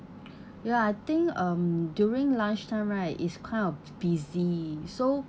ya I think um during lunch time right it's kind of busy so